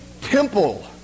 temple